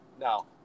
no